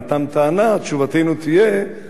תשובתנו תהיה שלא לפנות?